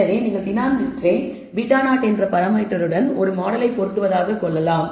எனவே நீங்கள் டினாமினேட்டரை β0 என்ற பராமீட்டர் உடன் ஒரு மாடலை பொருத்துவதாக கருதலாம்